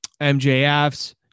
MJFs